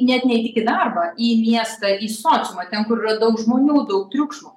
net ne tik į darbą į miestą į sociumą ten kur yra daug žmonių daug triukšmo